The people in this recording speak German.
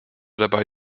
dabei